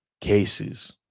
cases